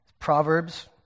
Proverbs